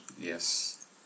Yes